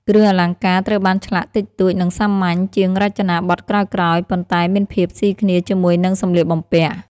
គ្រឿងអលង្ការត្រូវបានឆ្លាក់ តិចតួច និងសាមញ្ញ ជាងរចនាបថក្រោយៗ ប៉ុន្តែមានភាពស៊ីគ្នាជាមួយនឹងសម្លៀកបំពាក់។